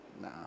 Nah